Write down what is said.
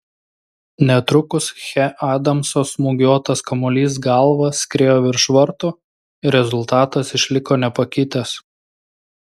netrukus che adamso smūgiuotas kamuolys galva skriejo virš vartų ir rezultatas išliko nepakitęs